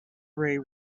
ray